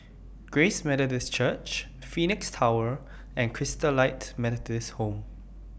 Grace Methodist Church Phoenix Tower and Christalite Methodist Home